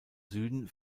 süden